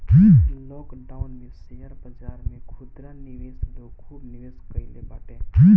lockdown में share बाजार में खुदरा निवेशक लोग खूब निवेश कईले बाटे